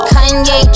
Kanye